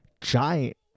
giant